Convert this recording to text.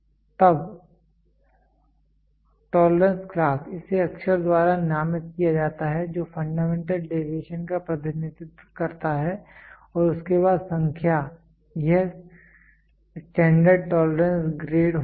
तब tolerance class इसे अक्षर द्वारा नामित किया जाता है जो फंडामेंटल डेविएशन का प्रतिनिधित्व करता है और उसके बाद संख्या यह स्टैंडर्ड टोलरेंस ग्रेड होता है